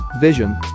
Vision